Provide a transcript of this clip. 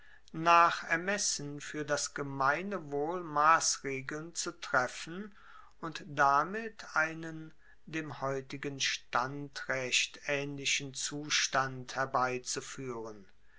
nach ermessen fuer das gemeine wohl massregeln zu treffen und damit einen dem heutigen standrecht aehnlichen zustand herbeizufuehren